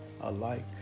alike